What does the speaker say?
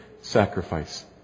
sacrifice